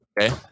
Okay